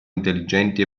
intelligenti